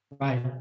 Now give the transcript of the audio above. Right